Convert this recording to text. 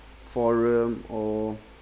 forum or